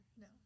No